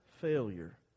failure